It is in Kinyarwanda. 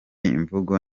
imvugo